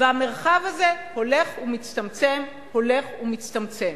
והמרחב הזה הולך ומצטמצם, הולך ומצטמצם.